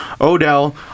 Odell